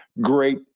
great